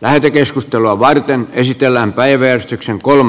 lähetekeskustelua varten esitellään pelkästään keppiä